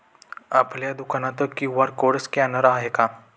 आपल्या दुकानात QR code scanner आहे का?